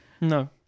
No